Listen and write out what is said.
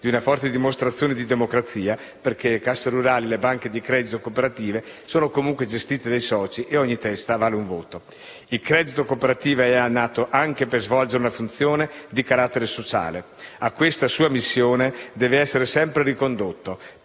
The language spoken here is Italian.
una forte dimostrazione di democrazia, perché le casse rurali e le banche di credito cooperativo sono comunque gestite dai soci e ogni testa vale un voto. Il credito cooperativo è nato anche per svolgere una funzione di carattere sociale e a questa sua missione deve essere sempre ricondotto,